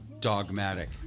dogmatic